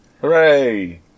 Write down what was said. Hooray